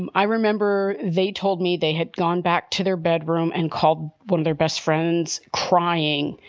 um i remember they told me they had gone back to their bedroom and called one of their best friends crying,